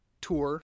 tour